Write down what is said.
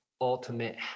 ultimate